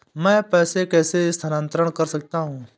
मैं पैसे कैसे स्थानांतरण कर सकता हूँ?